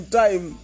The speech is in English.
time